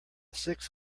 six